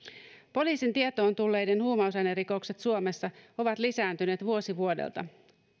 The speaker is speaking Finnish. poliisin tietoon tulleet huumausainerikokset suomessa ovat lisääntyneet vuosi vuodelta